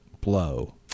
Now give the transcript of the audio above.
blow